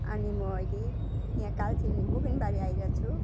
अनि म अहिले यहाँ कालचिनी बुबिनबारी आइरछु